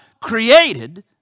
created